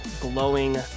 glowing